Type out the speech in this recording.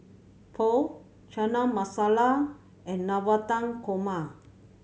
Pho Chana Masala and Navratan Korma